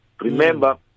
Remember